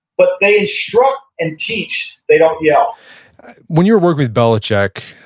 but they instruct and teach, they don't yell when you were working with belichick,